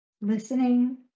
listening